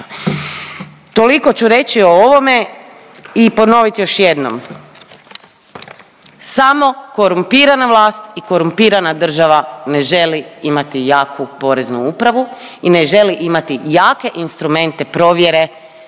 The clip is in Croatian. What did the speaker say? toliko ću reći o ovome i ponovit još jednom. Samo korumpirana vlast i korumpirana država ne želi imati jaku poreznu upravu i ne želi imati jake instrumente provjere